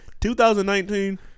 2019